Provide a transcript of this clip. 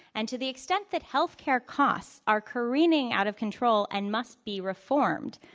and to the extent that health care costs are careening out of control and must be reformed,